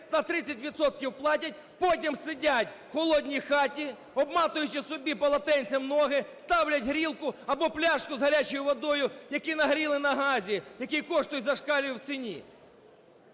платять, потім сидять у холодній хаті, обмотуючи собі полотенцем ноги, ставлять грілку або пляшку з гарячою водою, які нагріли на газі, який коштує зашкалює в ціні.